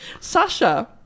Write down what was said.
Sasha